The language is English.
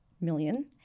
million